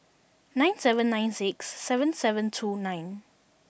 nine seven nine six seven seven two nine